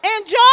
Enjoy